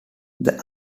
this